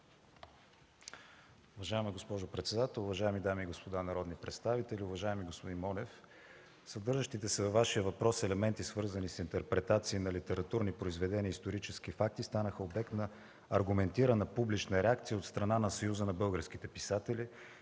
Уважаема госпожо председател, уважаеми дами и господа народни представители! Уважаеми господин Монев, съдържащите се във Вашия въпрос елементи, свързани с интерпретации на литературни произведения и исторически факти, станаха обект на аргументирана публична реакция от страна на Съюза на българските писатели,